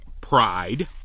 pride